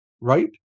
right